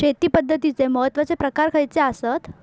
शेती पद्धतीचे महत्वाचे प्रकार खयचे आसत?